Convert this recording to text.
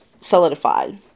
solidified